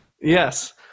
yes